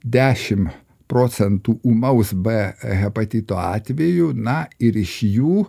dešimt proentųc ūmaus b hepatito atvejų na ir iš jų